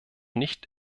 nicht